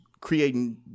creating